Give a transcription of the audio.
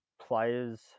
players